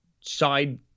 side